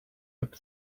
ebb